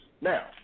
Now